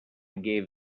gave